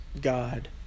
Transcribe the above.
God